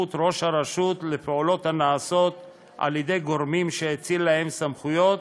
וסמכות ראש הרשות לפעולות שנעשות על-ידי גורמים שהאציל להם סמכויות,